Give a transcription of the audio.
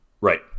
Right